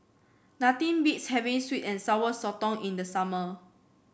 nothing beats having sweet and Sour Sotong in the summer